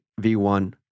V1